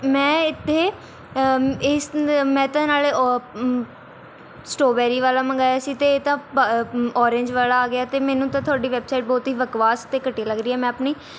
ਮੈਂ ਇੱਥੇ ਇਸ ਮੈਂ ਤਾਂ ਨਾਲ਼ੇ ਉਹ ਸਟ੍ਰੋਬੇਰੀ ਵਾਲ਼ਾ ਮੰਗਵਾਇਆ ਸੀ ਅਤੇ ਇਹ ਤਾਂ ਪ ਓਰੇਂਜ ਵਾਲ਼ਾ ਆ ਗਿਆ ਅਤੇ ਮੈਨੂੰ ਤਾਂ ਤੁਹਾਡੀ ਵੈੱਬਸਾਈਟ ਬਹੁਤ ਹੀ ਬਕਵਾਸ ਅਤੇ ਘਟੀਆ ਲੱਗ ਰਹੀ ਹੈ ਮੈਂ ਆਪਣੀ